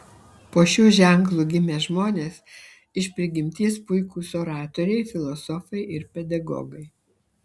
po šiuo ženklu gimę žmonės iš prigimties puikūs oratoriai filosofai ir pedagogai